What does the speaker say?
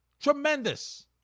Tremendous